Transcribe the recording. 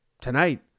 tonight